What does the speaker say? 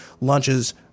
launches